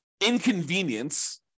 inconvenience